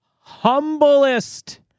humblest